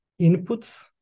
inputs